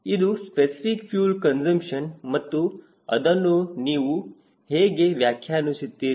ಇದು specific fuel consumption ಮತ್ತು ಅದನ್ನು ನೀವು ಹೇಗೆ ವ್ಯಾಖ್ಯಾನಿಸುತ್ತೀರಿ